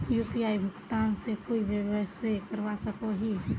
UPI भुगतान से कोई व्यवसाय करवा सकोहो ही?